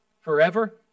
forever